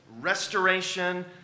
restoration